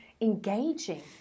engaging